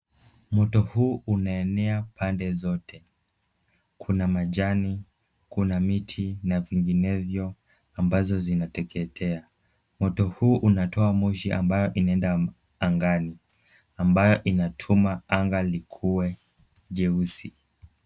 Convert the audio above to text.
Moto huu unaenea pande zote. Kuna majani, kuna miti na vinginevyo ambazo zinateketea. Moto huu unatoa moshi ambayo inaenda angani, ambayo inatuma anga likue jeusi.